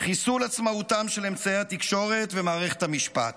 חיסול עצמאותם של אמצעי התקשורת ומערכת המשפט.